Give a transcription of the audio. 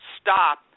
stop